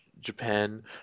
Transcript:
japan